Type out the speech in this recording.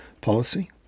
policy